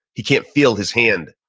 he can't feel his hand.